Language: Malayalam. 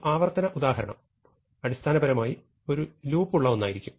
ഒരു ആവർത്തന ഉദാഹരണം അടിസ്ഥാനപരമായി ഒരു ലൂപ്പ് ഉള്ള ഒന്നായിരിക്കും